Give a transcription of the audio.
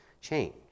change